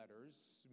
letters